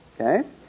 Okay